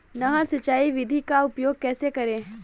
नहर सिंचाई विधि का उपयोग कैसे करें?